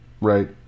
right